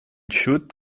xut